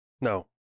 No